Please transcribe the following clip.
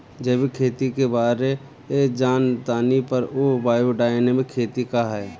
जैविक खेती के बारे जान तानी पर उ बायोडायनमिक खेती का ह?